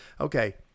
Okay